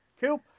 Cool